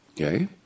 okay